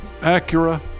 Acura